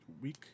week